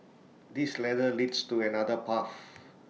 this ladder leads to another path